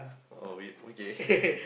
oh okay